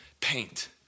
paint